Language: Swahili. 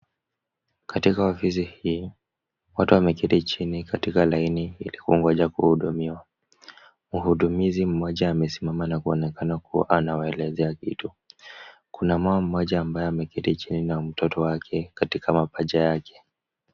Katika ofisi hii, watu wameketi chini katika laini ili kungoja kuhudumiwa. Mhudumizi mmoja amesimama na kuonekana kuwa anawaelezea kitu. Kuna mama mmoja ambaye ameketi chini na mtoto wake katika mapaja yake.